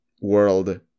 world